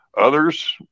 others